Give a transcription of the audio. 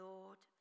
Lord